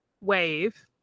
wave